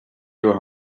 your